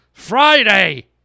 friday